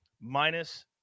minus